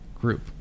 group